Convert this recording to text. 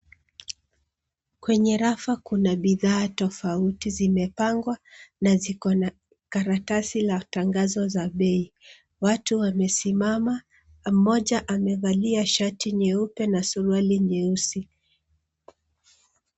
Kwenye rafa kuna bidhaa tofauti zimepangwa na ziko na karatasi la tangazo za bei. Watu wamesimama , mmoja amevalia shati nyeupe na suruali nyeusi.